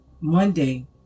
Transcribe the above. Monday